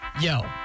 yo